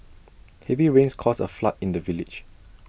heavy rains caused A flood in the village